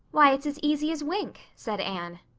why, it's as easy as wink, said anne.